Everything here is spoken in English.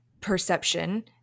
perception